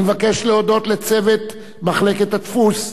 אני מבקש להודות לצוות מחלקת הדפוס,